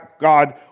God